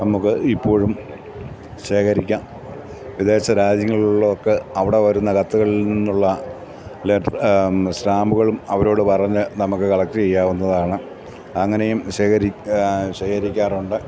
നമുക്ക് ഇപ്പോഴും ശേഖരിക്കാം വിദേശ രാജ്യങ്ങളിലൊക്കെ അവിടെ വരുന്ന കത്തകളിൽ നിന്നുള്ള സ്റ്റാമ്പുകളും അവരോട് പറഞ്ഞ് നമുക്ക് കളക്ട് ചെയ്യാവുന്നതാണ് അങ്ങനെയും ശേഖരിക്കാറുണ്ട്